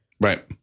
Right